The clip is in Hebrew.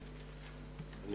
חברי הכנסת,